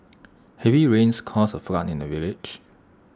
heavy rains caused A flood in the village